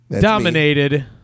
dominated